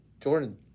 Jordan